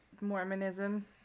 Mormonism